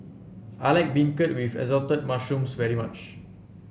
I like beancurd with Assorted Mushrooms very much